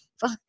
fuck